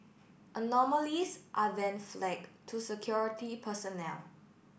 anomalies are then flagged to security personnel